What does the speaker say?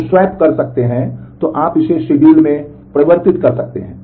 तो शिड्यूल 6 कह रहे हैं